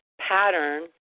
pattern